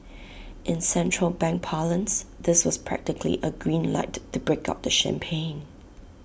in central bank parlance this was practically A green light to break out the champagne